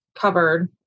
covered